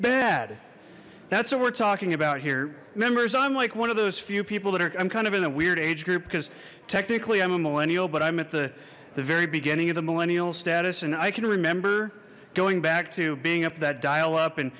bad that's what we're talking about here members i'm like one of those few people that are kind of in a weird age group because technically i'm a millennial but i'm at the the very beginning of the millennial status and i can remember going back to being up that dial up and